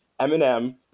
Eminem